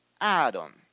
Adam